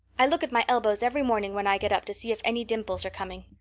i look at my elbows every morning when i get up to see if any dimples are coming.